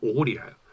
audio